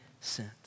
sent